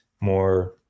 more